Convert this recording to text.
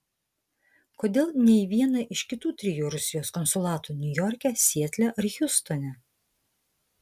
kodėl ne į vieną iš kitų trijų rusijos konsulatų niujorke sietle ar hjustone